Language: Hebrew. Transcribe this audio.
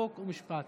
חוק ומשפט.